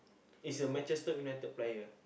it's a Manchester-United player